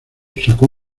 sacó